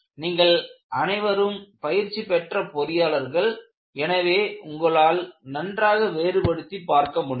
நீங்கள் அனைவரும் பயிற்சி பெற்ற பொறியாளர்கள் எனவே உங்களால் நன்றாக வேறுபடுத்தி பார்க்க முடியும்